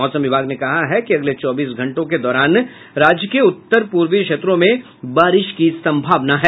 मौसम विभाग ने कहा है कि अगले चौबीस घंटों के दौरान राज्य के उत्तर पूर्वी क्षेत्रों में बारिश की संभावना है